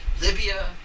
Libya